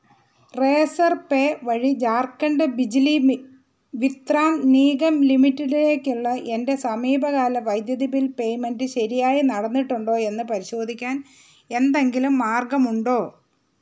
Razorpay വഴി ജാർഖണ്ഡ് ബിജ്ലി മി വിത്രാൻ നീഗം ലിമിറ്റഡിലേക്കുള്ള എന്റെ സമീപകാല വൈദ്യുതി ബിൽ പേമെന്റ് ശരിയായി നടന്നിട്ടുണ്ടോ എന്ന് പരിശോധിക്കാൻ എന്തെങ്കിലും മാർഗമുണ്ടോ